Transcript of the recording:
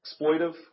exploitive